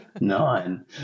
Nine